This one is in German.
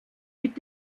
mit